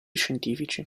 scientifici